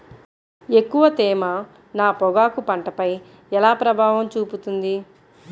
ఎక్కువ తేమ నా పొగాకు పంటపై ఎలా ప్రభావం చూపుతుంది?